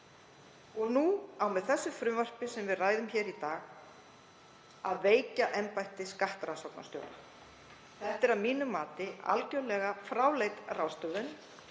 Nú á með því frumvarpi sem við ræðum í dag að veikja embætti skattrannsóknarstjóra. Það er að mínu mati algjörlega fráleit ráðstöfun